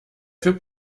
für